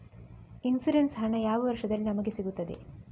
Insurance ಹಣ ಯಾವ ವರ್ಷದಲ್ಲಿ ನಮಗೆ ಸಿಗುತ್ತದೆ?